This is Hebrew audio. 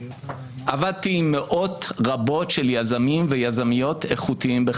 במשך חיי עבדתי עם מאות רבות של יזמים ויזמיות איכותיים.